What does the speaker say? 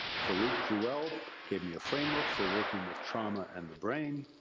philippe druelle gave me a framework for working with trauma and the brain.